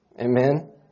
Amen